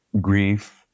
grief